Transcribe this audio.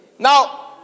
Now